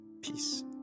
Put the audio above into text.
peace